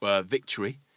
victory